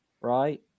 right